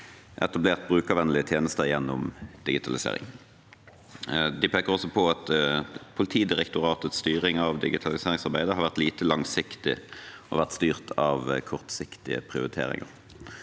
etablert brukervennlige tjenester gjennom digitalisering. De peker også på at Politidirektoratets styring av digitaliseringsarbeidet har vært lite langsiktig og har vært styrt av kortsiktige prioriteringer.